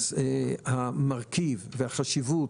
המרכיב והחשיבות,